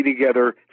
together